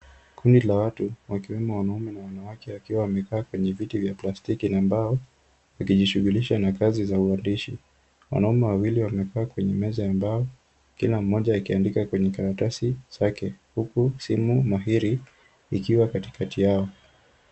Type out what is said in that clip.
Kundi la watu wakiwemo wanaume na wanawake wakiwa wamekaa kwenye viti vya plastiki ya mbao Wakijishughulisha na kazi za uandishi. Wanaume wawili wamekaa kwenye meza ya mbao, kila mmoja akiandika kwenye karatasi yake. Huku simu mahiri ikiwa katikati yao.